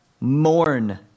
mourn